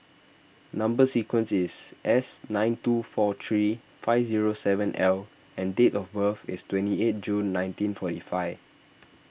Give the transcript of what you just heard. Number Sequence is S nine two four three five zero seven L and date of birth is twenty eight June nineteen forty five